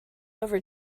over